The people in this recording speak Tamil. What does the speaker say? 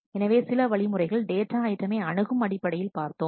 எனவே சில வழிமுறைகள் டேட்டா ஐட்டமை அணுகும் அடிப்படையில் பார்த்தோம்